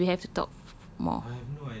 how many minutes do we have to talk more